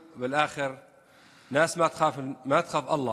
ועכשיו דורש את אותו דבר למשרד לשיתוף פעולה